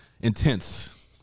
intense